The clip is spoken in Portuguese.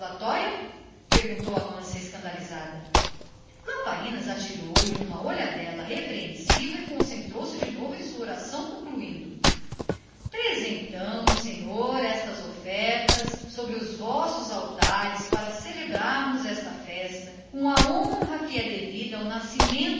jaculatória perguntou amância escandalizada lamparinas atirou-lhe uma olhadela repreensiva e concentrou se de novo em sua oração concluindo apresentamos senhor estas ofertas sobre os vossos altares para celebrarmos esta festa com a honra que é devida ao nascimento